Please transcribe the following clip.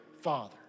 father